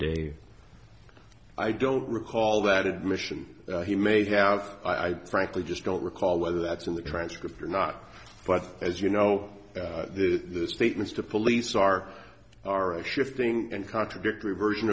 day i don't recall that admission he may have i frankly just don't recall whether that's in the transcript or not but as you know the statements to police are shifting and contradictory version